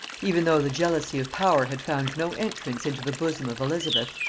even though the jealousy of power had found no entrance into the bosom of elizabeth,